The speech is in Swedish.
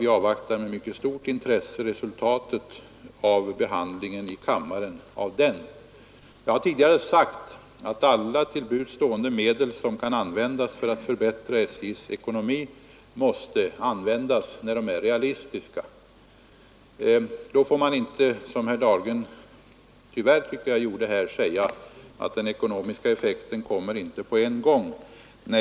Vi avvaktar med stort intresse resultatet av behandlingen i kammaren. Jag har tidigare sagt att alla till buds stående medel — om de är realistiska — bör användas för att förbättra SJ:s ekonomi. Då får man inte säga som herr Dahlgren tyvärr gjorde, att den ekonomiska effekten inte kommer på en gång.